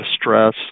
stress